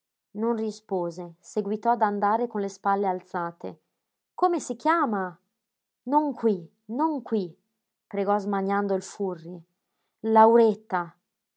non rispose seguitò ad andare con le spalle alzate come si chiama non qui non qui pregò smaniando il furri lauretta